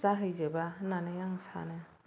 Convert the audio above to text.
जाहैजोबा होननानै आं सानो